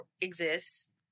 exists